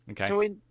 Okay